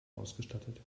ausgestattet